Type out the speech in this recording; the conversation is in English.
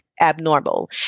abnormal